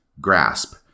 grasp